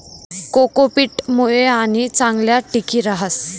cocopeat मुये पाणी चांगलं टिकी रहास